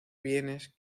bienes